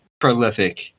prolific